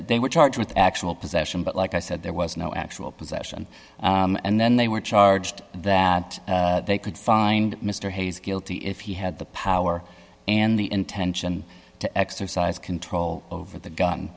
they were charged with actual possession but like i said there was no actual possession and then they were charged that they could find mr hayes guilty if he had the power and the intention to exercise control over the g